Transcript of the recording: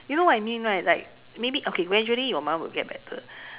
you know what I mean right maybe okay like gradually your mum will get better